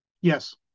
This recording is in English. Yes